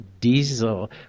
diesel